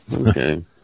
okay